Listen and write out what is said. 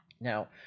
Now